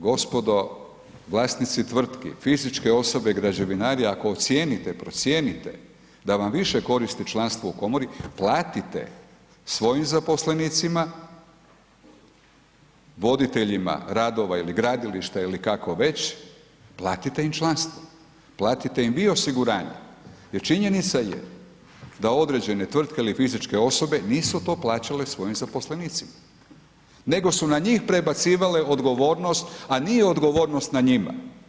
Gospodo vlasnici tvrtki, fizičke osobe, građevinari ako ocijenite, procijenite da vam više koristi članstvo u komori platite svojim zaposlenicima voditeljima radova ili gradilišta ili kako već, platite im članstvo, platite im vi osiguranje jer činjenica je da određene tvrtke ili fizičke osobe nisu to plaćale svojim zaposlenicima, nego su na njih prebacivale odgovornost, a nije odgovornost na njima.